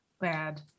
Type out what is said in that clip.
bad